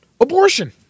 Abortion